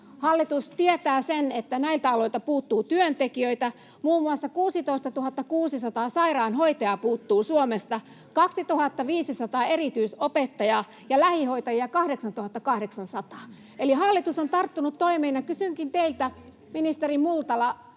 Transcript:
Hallitus tietää sen, että näiltä aloilta puuttuu työntekijöitä, Suomesta puuttuu muun muassa 16 600 sairaanhoitajaa, 2 500 erityisopettajaa ja lähihoitajia 8 800. Eli hallitus on tarttunut toimeen. Kysynkin teiltä, ministeri Multala,